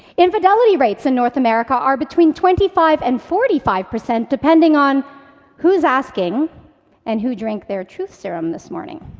infidelity rates in north america are between twenty five and forty five percent, depending on who's asking and who drank their truth serum this morning.